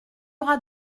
aura